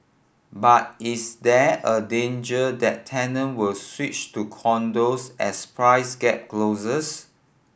but is there a danger that tenant will switch to condos as price gap closes